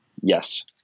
Yes